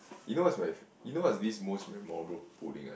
you know what is life you know what is this most memorable pudding eh